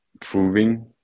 proving